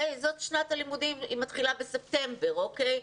זאת שנת הלימודים, היא מתחילה בספטמבר אוקיי?